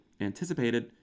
anticipated